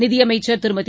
நிதியமைச்சர் திருமதி